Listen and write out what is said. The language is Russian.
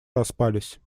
распались